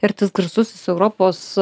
ir tas garsusis europos